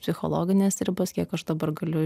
psichologinės ribos kiek aš dabar galiu